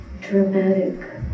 dramatic